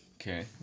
okay